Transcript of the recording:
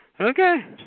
Okay